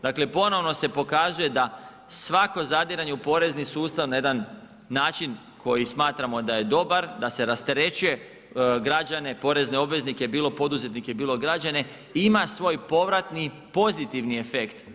Dakle ponovno se pokazuje da svako zadiranje u porezni sustav na jedan način koji smatramo da je dobar, da se rasterećuje građane, porezne obveznike, bilo poduzetnike i bilo građane ima svoj povratni pozitivni efekt.